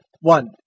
One